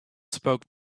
spoke